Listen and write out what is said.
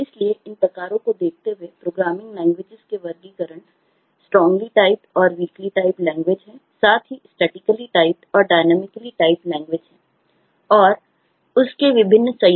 इसलिए इन विभिन्न प्रकारों को देखते हुए प्रोग्रामिंग लैंग्वेजेस और अन्य